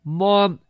mom